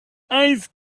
ice